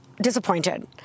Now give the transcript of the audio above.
disappointed